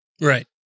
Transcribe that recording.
Right